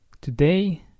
Today